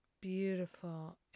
beautiful